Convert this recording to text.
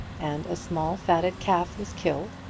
and a small fatted calf was killed,